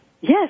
yes